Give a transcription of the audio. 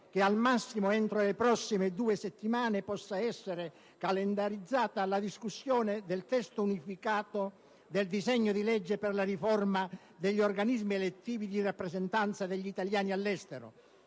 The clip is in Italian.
che al massimo entro le prossime due settimane possa essere calendarizzata la discussione del testo unificato del disegno di legge per la riforma degli organismi elettivi di rappresentanza degli italiani all'estero,